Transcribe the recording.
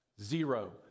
Zero